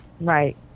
Right